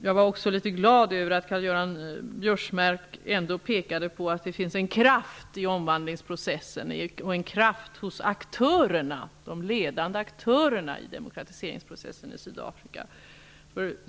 Jag var glad över att Karl-Göran Biörsmark pekade på att det finns en kraft i omvandlingsprocessen och hos de ledande aktörerna i demokratiseringen av Sydafrika.